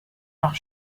auch